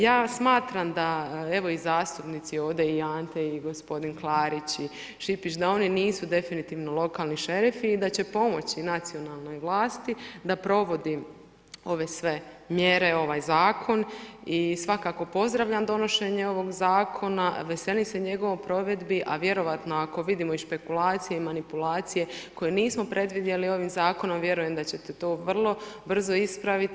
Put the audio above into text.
Ja smatram da evo i zastupnici ovdje i Ante i gospodin Klarić i Šipić da oni nisu definitivno lokalni šerifi i da će pomoći nacionalnoj vlasti da provodi ove sve mjere, ovaj zakon i svakako pozdravljam donošenje ovoga zakona, veselim se njegovoj provedbi, a vjerojatno ako vidimo i špekulacije i manipulacije koje nismo predvidjeli ovim zakonom vjerujem da ćete to vrlo brzo ispraviti.